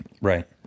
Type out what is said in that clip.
Right